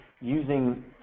using